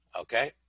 Okay